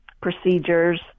procedures